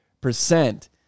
percent